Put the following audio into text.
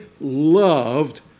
loved